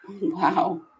Wow